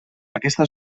aquesta